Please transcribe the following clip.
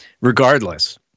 regardless